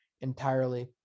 entirely